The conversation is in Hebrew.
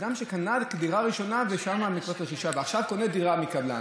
אדם שקנה דירה ראשונה מקבוצת רכישה ועכשיו קונה דירה מקבלן,